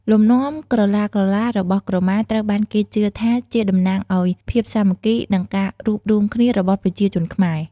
លំនាំក្រឡាៗរបស់ក្រមាត្រូវបានគេជឿថាជាតំណាងឱ្យ ភាពសាមគ្គី និងការរួបរួមគ្នា របស់ប្រជាជនខ្មែរ។